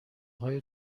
های